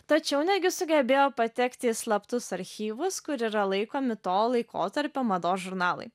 tačiau netgi sugebėjo patekti į slaptus archyvus kur yra laikomi to laikotarpio mados žurnalai